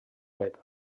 web